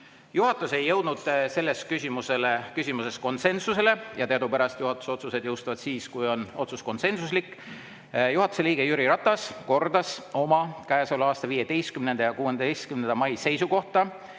Juhatus ei jõudnud selles küsimuses konsensusele. Teadupärast juhatuse otsused jõustuvad siis, kui otsus on konsensuslik. Juhatuse liige Jüri Ratas kordas oma käesoleva aasta 15. ja 16. mail